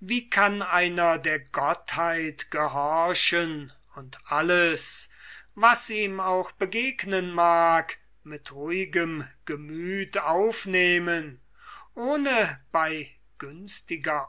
wie kann einer der gottheit gehorchen und alles was ihm auch begegnen mag mit ruhigem gemüth aufnehmen ohne bei günstiger